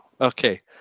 Okay